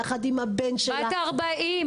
יחד עם הבן שלה --- בת ארבעים.